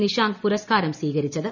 നിഷാങ്ക് പുരസ് കാരം സ്വീകരിച്ചത്